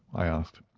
i asked.